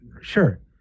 Sure